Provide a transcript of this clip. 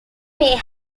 may